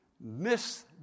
miss